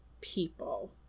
people